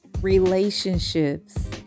relationships